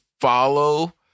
follow